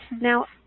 Now